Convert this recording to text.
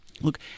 Look